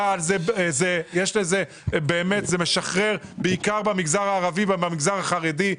זה משחרר בעיקר במגזר הערבי ובמגזר החרדי,